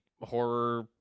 horror